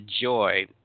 joy